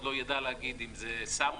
אחד לא יידע להגיד אם זה --- תקשיב,